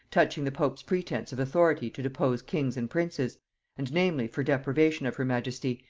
touching the pope's pretence of authority to depose kings and princes and namely for deprivation of her majesty,